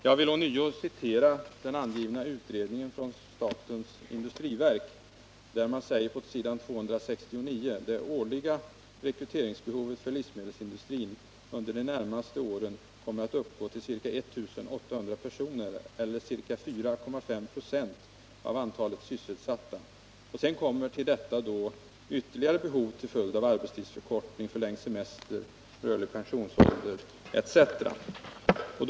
Jag vill ånyo citera den angivna utredningen från statens industriverk, där man säger på s. 269: ”Det totala årliga rekryteringsbehovet för livsmedelsindustrin under de närmaste åren skulle då uppgå till ca 1 800 personer eller ca 4,5 96 av antalet sysselsatta.” Till detta kommer sedan ytterligare behov till följd av arbetstidsförkortning, förlängd semester, rörlig pensionsålder etc.